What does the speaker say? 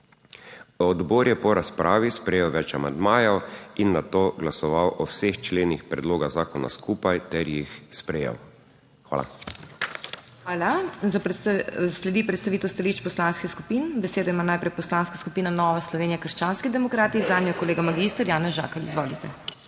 Odbor je po razpravi sprejel več amandmajev in nato glasoval o vseh členih predloga zakona skupaj ter jih sprejel. Hvala. **PODPREDSEDNICA MAG. MEIRA HOT:** Hvala. Sledi predstavitev stališč poslanskih skupin. Besedo ima najprej Poslanska skupina Nova Slovenija – krščanski demokrati, zanjo kolega mag. Janez Žakelj. Izvolite.